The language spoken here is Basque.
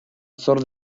zor